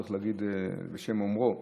צריך להגיד בשם אומרו.